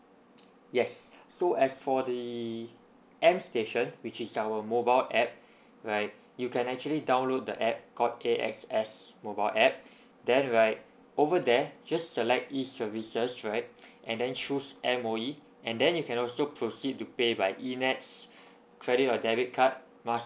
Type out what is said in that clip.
yes so as for the M station which is our mobile app right you can actually download the app called A_X_S mobile app then right over there just select E services right and then choose M_O_E and then you can also proceed to pay by E nets credit or debit card master